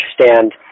understand